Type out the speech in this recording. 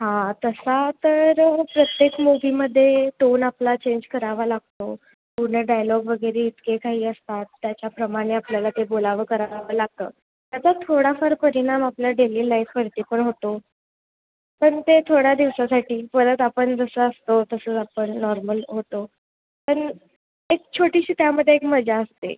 हा तसा तर प्रत्येक मूवीमध्ये टोन आपला चेंज करावा लागतो पूर्ण डायलॉग वगैरे इतके काही असतात त्याच्याप्रमाणे आपल्याला ते बोलावं करावं लागतं त्याचा थोडाफार परिणाम आपल्या डेली लाईफवरती पण जसं असतो तसं आपण नॉर्मल होतो तर एक छोटीशी त्यामध्ये एक मजा असते